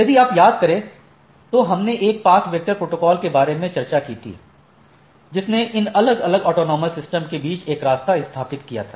यदि आप याद करें तो हमने एक पाथ वेक्टर प्रोटोकॉल के बारे में बात की थी जिसने इन अलग अलग ऑटॉनमस सिस्टम के बीच एक रास्ता स्थापित किया था